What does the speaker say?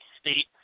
state